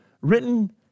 written